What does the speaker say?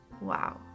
wow